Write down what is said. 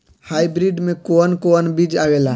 Hybrid में कोवन कोवन बीज आवेला?